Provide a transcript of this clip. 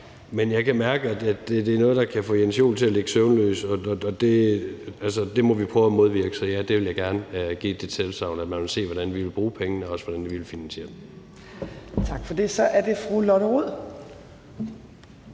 (V): Jeg kan mærke, at det er noget, der kan få Jens Joel til at ligge søvnløs. Det må vi prøve at modvirke, så ja, jeg vil gerne give det tilsagn, at man vil se, hvordan vi vil bruge pengene, og også hvordan vi vil finansiere det. Kl. 10:41 Fjerde næstformand